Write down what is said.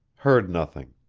heard nothing.